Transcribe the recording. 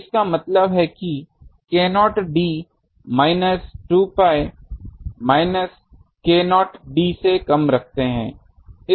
तो इसका मतलब है कि k0 d minus 2 pi minus k0 d से कम रखते है